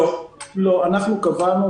אנחנו קבענו.